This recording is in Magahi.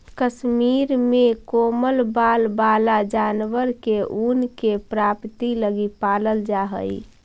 कश्मीर में कोमल बाल वाला जानवर के ऊन के प्राप्ति लगी पालल जा हइ